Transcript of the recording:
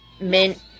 Mint